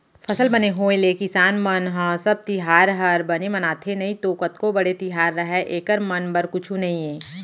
फसल बने होय ले किसान मन ह सब तिहार हर बने मनाथे नइतो कतको बड़े तिहार रहय एकर मन बर कुछु नइये